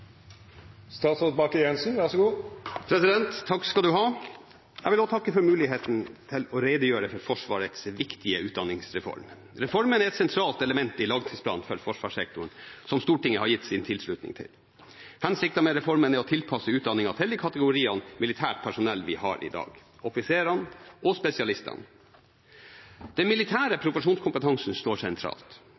et sentralt element i langtidsplanen for forsvarssektoren, som Stortinget har gitt sin tilslutning til. Hensikten med reformen er å tilpasse utdanningen til de kategoriene vi i dag har av militært personell – offiserene og spesialistene. Den militære profesjonskompetansen står sentralt.